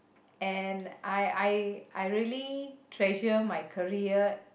and I I I really treasure my career